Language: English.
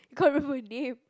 you can't remember her name